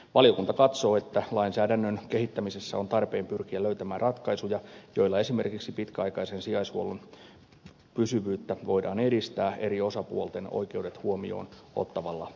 valiokunta katsoo että lainsäädännön kehittämisessä on tarpeen pyrkiä löytämään ratkaisuja joilla esimerkiksi pitkäaikaisen sijaishuollon pysyvyyttä voidaan edistää eri osapuolten oikeudet huomioon ottavalla tavalla